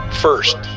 First